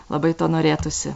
labai to norėtųsi